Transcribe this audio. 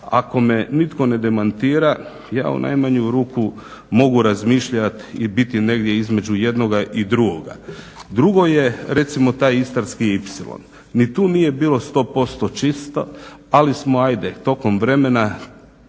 Ako me nitko ne demantira ja u najmanju ruku mogu razmišljati i biti negdje između jednoga i drugoga. Drugo je recimo taj istarski ipsilon. Ni tu nije bilo sto posto čisto, ali smo hajde tokom vremena